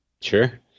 Sure